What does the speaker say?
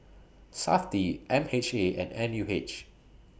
Safti M H A and N U H